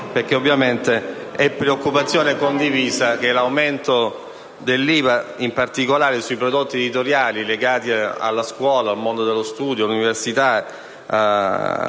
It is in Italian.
delicato. Infatti, e preoccupazione condivisa che l’aumento dell’IVA, in particolare sui prodotti editoriali legati alla scuola, al mondo dello studio, all’universita,